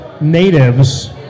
natives